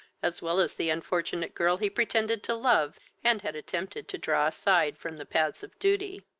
as well as the unfortunate girl he pretended to love, and had attempted to draw aside from the paths of duty.